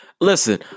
Listen